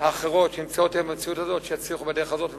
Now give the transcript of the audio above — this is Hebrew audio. האחרות שנמצאות היום במציאות הזאת שיצליחו בדרך הזאת.